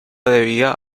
debía